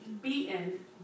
Beaten